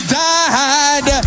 died